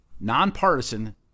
nonpartisan